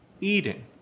eating